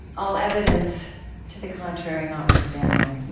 all evidence to the contrary notwithstanding,